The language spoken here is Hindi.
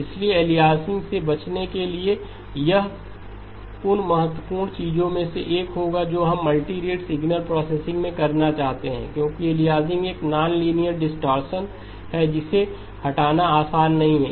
इसलिए एलियासिंग से बचने के लिए यह उन महत्वपूर्ण चीजों में से एक होगा जो हम मल्टीरेट सिग्नल प्रोसेसिंग में करना चाहते हैं क्योंकि एलियासिंग एक नॉन लीनियर डिस्टॉर्शन है जिसे हटाना आसान नहीं है